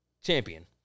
champion